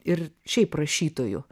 ir šiaip rašytojų